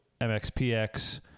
MXPX